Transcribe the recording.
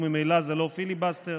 וממילא זה לא פיליבסטר.